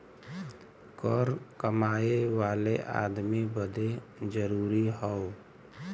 कर कमाए वाले अदमी बदे जरुरी हौ